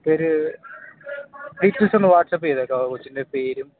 പേര് ഡീറ്റെയിൽസൊന്ന് വാട്സപ്പ് ചെയ്തേക്കാമോ കൊച്ചിൻ്റെ പേരും